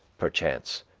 perchance,